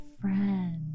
friends